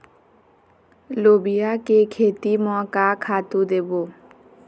लोबिया के खेती म का खातू देबो?